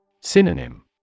Synonym